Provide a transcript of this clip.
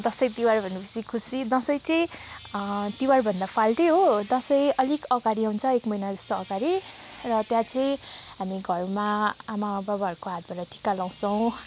दसैँ तिहार भनेपछि खुसी दसैँ चाहिँ तिहारभन्दा फाल्टै हो दसैँ अलिक अगाडि आउँछ एक महिनाजस्तो अगाडि र त्यहाँ चाहिँ हामी घरमा आमा बाबाहरूको हातबाट टिका लाउँछौँ